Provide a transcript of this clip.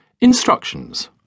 Instructions